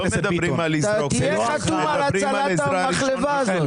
לא מדברים על לסגור, מדברים על עזרה ראשונה.